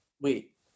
wait